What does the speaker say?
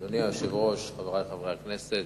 אדוני היושב-ראש, חברי חברי הכנסת,